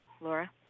Laura